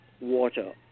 water